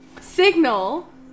Signal